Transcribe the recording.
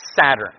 Saturn